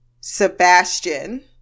Sebastian